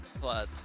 Plus